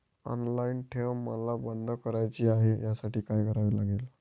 Online ठेव मला बंद करायची आहे, त्यासाठी काय करावे लागेल?